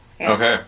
okay